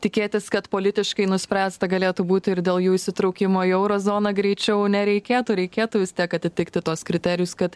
tikėtis kad politiškai nuspręsta galėtų būti ir dėl jų įsitraukimo į euro zoną greičiau nereikėtų reikėtų vis tiek atitikti tuos kriterijus kad